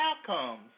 outcomes